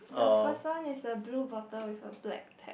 the first one is a blue bottle with a black cap